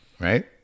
right